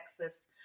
sexist